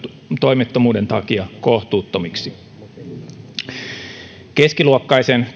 toimettomuuden takia kohtuuttomiksi tavallisen keskiluokkaisen